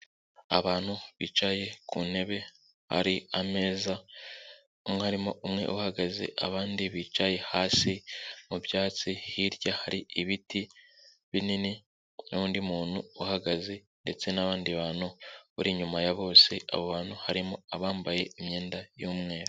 Abantu bicaye ku ntebe hari ameza umwarimu umwe uhagaze abandi bicaye hasi mu byatsi, hirya hari ibiti binini nundi muntu uhagaze ndetse n'abandi bantu uri inyuma ya bose abo bantu harimo abambaye imyenda y'umweru.